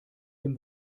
dem